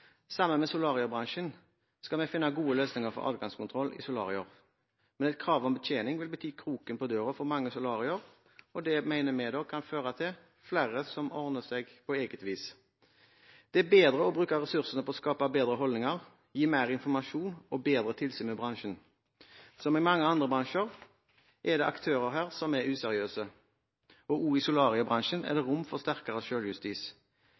Sammen med solariebransjen skal vi finne gode løsninger for adgangskontroll i solarier. Men et krav om betjening vil bety kroken på døren for mange solarier, og det mener vi kan føre til at flere ordner seg på eget vis. Det er bedre å bruke ressursene på å skape bedre holdninger, gi mer informasjon og bedre tilsyn med bransjen. Som i mange andre bransjer er det aktører her som er useriøse. Også i solariebransjen er det rom for sterkere